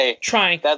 Trying